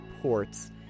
ports